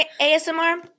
ASMR